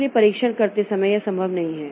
इसलिए परीक्षण करते समय यह संभव नहीं है